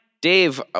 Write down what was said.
Dave